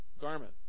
garment